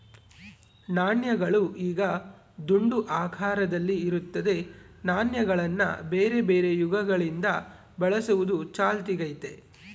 ನಾಣ್ಯಗಳು ಈಗ ದುಂಡು ಆಕಾರದಲ್ಲಿ ಇರುತ್ತದೆ, ನಾಣ್ಯಗಳನ್ನ ಬೇರೆಬೇರೆ ಯುಗಗಳಿಂದ ಬಳಸುವುದು ಚಾಲ್ತಿಗೈತೆ